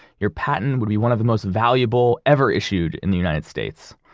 your patent would be one of the most valuable ever issued in the united states.